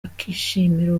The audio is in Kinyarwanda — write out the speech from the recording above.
bakishimira